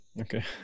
okay